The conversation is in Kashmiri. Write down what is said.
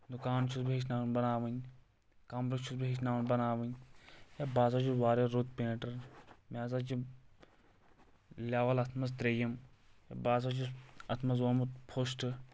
دُکان چھُس بہٕ ہیٚچھناوان بناوٕنۍ کمبرٕ چھُس بہٕ ہیٚچھناوان بناوٕنۍ ہے بہٕ ہسا چھُس واریاہ رُت پینٹر مےٚ ہسا چھِ لیول اتھ منٛز ترٛیِم بہٕ ہسا چھُس اتھ منٛز اومُت فشٹ